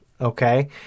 okay